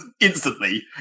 instantly